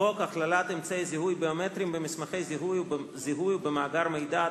חוק הכללת אמצעי זיהוי ביומטריים במסמכי זיהוי ובמאגר מידע,